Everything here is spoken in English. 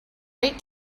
wait